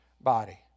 body